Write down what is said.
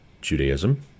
Judaism